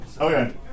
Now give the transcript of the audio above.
Okay